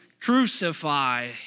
crucify